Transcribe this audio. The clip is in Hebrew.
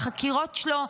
על החקירות שלו,